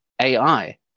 AI